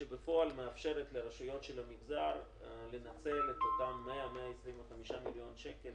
שבפועל מאפשרת לרשויות של המגזר לנצל את אותם 125-100 מיליון שקל,